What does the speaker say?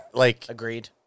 Agreed